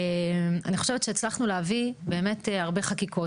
אני חושבת שהצלחנו להביא באמת הרבה חקיקות.